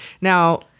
now